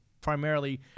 primarily